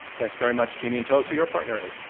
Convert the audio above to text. thanks very much, jeanne. and tell us who your partner is.